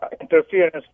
Interference